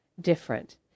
different